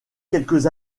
quelques